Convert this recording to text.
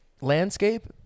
landscape